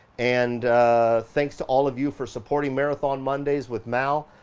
and thanks to all of you for supporting marathon mondays with mal.